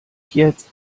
jetzt